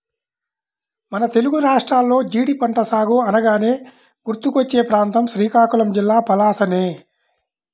మన తెలుగు రాష్ట్రాల్లో జీడి పంట సాగు అనగానే గుర్తుకొచ్చే ప్రాంతం శ్రీకాకుళం జిల్లా పలాసనే